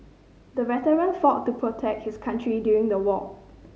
the veteran fought to protect his country during the war